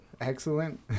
Excellent